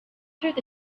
through